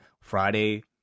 friday